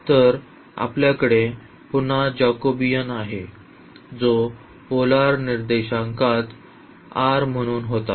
तर आपल्याकडे पुन्हा जाकोबियन आहे जो पोलर निर्देशांकात r म्हणून होता